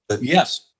yes